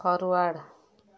forward